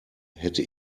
hätte